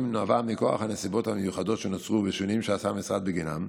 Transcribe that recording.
נבע מכורח הנסיבות המיוחדות שנוצרו והשינויים שעשה המשרד בגינם.